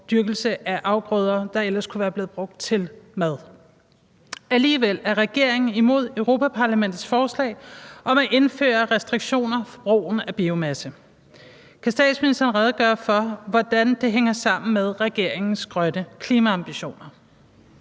og dyrkning af afgrøder, der ellers kunne være blevet brugt til mad. Alligevel er regeringen imod Europa-Parlamentets forslag om at indføre restriktioner for brugen af biomasse. Kan statsministeren redegøre for, hvordan det hænger sammen med regeringens grønne klimaambitioner?